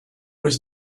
was